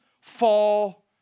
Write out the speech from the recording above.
fall